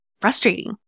frustrating